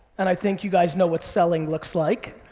and i think you guys know what selling looks like.